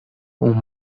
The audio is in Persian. اون